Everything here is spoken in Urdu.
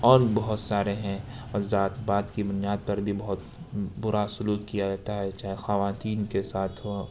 اور بہت سارے ہیں ذات پات کی بنیاد پر بہت برا سلوک کیا جاتا ہے چاہے خواتین کے ساتھ ہو